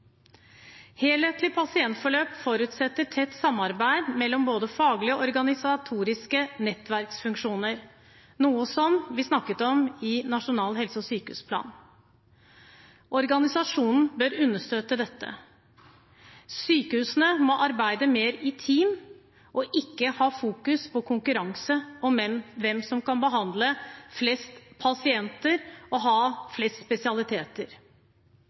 pasientforløp forutsetter tett samarbeid mellom både faglige og organisatoriske nettverksfunksjoner, noe vi snakket om i Nasjonal helse- og sykehusplan. Organisasjonen bør understøtte dette. Sykehusene må arbeide mer i team og ikke fokusere på konkurranse om hvem som kan behandle flest pasienter og ha flest spesialiteter.